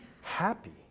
happy